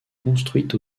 construite